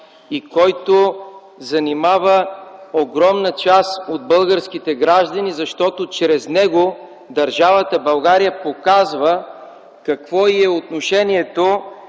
и който занимава огромна част от българските граждани, защото чрез него държавата България показва какво й е отношението